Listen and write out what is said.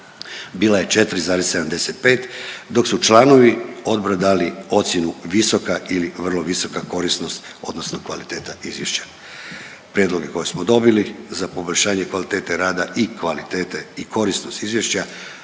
bila je 4,75, dok su članovi odbora dali ocjenu visoka ili vrlo visoka korisnost odnosno kvaliteta izvješća. Prijedloge koje smo dobili za poboljšanje kvalitete rada i kvalitete i korisnosti izvješća